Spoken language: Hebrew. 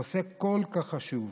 נושא כל כך חשוב,